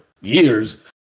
years